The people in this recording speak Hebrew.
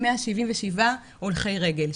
177 הולכי רגל,